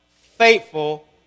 Faithful